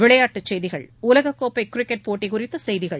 விளையாட்டுச் செய்கிகள் உலகக்கோப்பை கிரிக்கெட் போட்டி குறித்த செய்திகள்